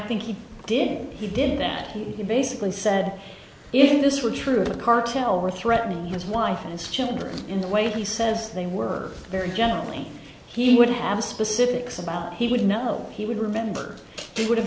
think he did he did that and he basically said if this were true the cartel were threatening his wife and his children in the way he says they were very generally he would have specifics about he would you know he would remember he would